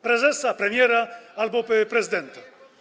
prezesa, premiera albo prezydenta?